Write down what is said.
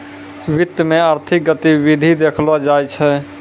वित्त मे आर्थिक गतिविधि देखलो जाय छै